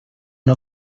una